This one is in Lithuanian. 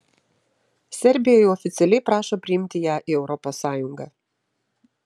serbija jau oficialiai prašo priimti ją į europos sąjungą